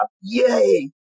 Yay